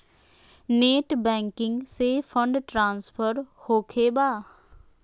Net banking से fund transfer होखें बा?